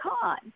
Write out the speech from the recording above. con